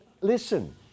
listen